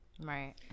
Right